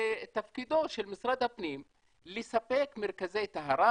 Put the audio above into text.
ותפקידו של משרד הפנים לספק מתקני טהרה.